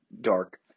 Dark